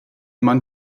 man